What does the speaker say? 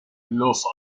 los